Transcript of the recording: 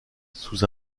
sous